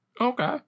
Okay